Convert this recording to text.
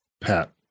Pat